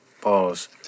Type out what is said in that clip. Pause